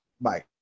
bye